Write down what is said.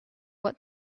what